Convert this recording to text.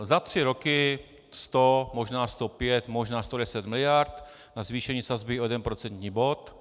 Za tři roky 100, možná 105, možná 110 miliard na zvýšení sazby o jeden procentní bod.